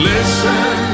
Listen